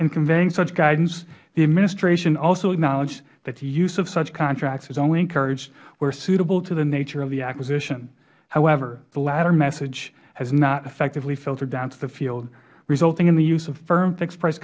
in conveying such guidance the administration also acknowledged that the use of such contracts is only encouraged where suitable to the nature of the acquisition however the latter message has not effectively filtered down to the field resulting in the use of firm fixed price